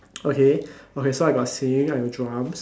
okay okay so I got singing I got drums